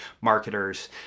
marketers